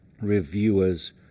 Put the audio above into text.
reviewers